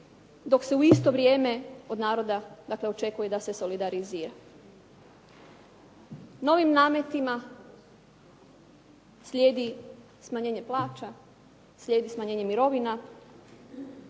dok se u isto vrijeme od naroda dakle očekuje da se solidarizira. Novim nametima slijedi smanjenje plaća, slijedi smanjenje mirovina.